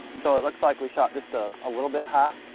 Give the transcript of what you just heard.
so it looks like we shot just a ah little bit high.